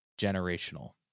generational